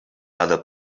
other